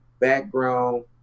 background